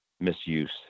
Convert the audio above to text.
Misuse